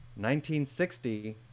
1960